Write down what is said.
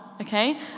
okay